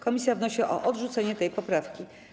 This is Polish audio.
Komisja wnosi o odrzucenie tej poprawki.